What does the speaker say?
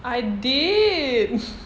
I did